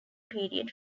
period